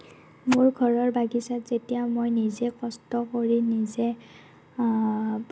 মোৰ ঘৰৰ বাগিচাত যেতিয়া মই নিজে কষ্ট কৰি নিজে